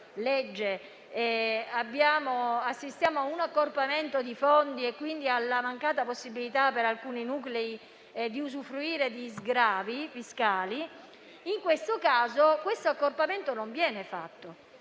legge, assistiamo a un accorpamento di fondi e quindi alla mancata possibilità per alcuni nuclei di usufruire di sgravi fiscali, in questo caso tale accorpamento non viene fatto.